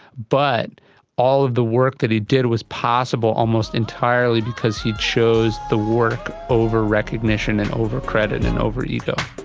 but all of the work that he did was possible almost entirely because he chose the work over recognition and over credit and over ego.